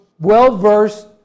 well-versed